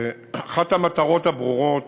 אחת המטרות הברורות